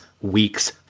week's